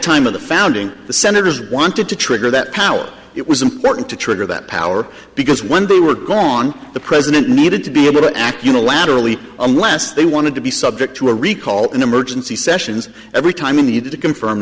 time of the founding the senators wanted to trigger that power it was important to trigger that power because when they were gone the president needed to be able to act unilaterally unless they wanted to be subject to a recall an emergency sessions every time a need to confirm